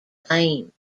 fame